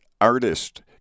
artist